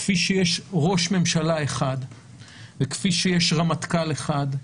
כפי שיש ראש ממשלה אחד וכפי שיש רמטכ"ל אחד,